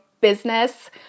business